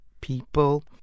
people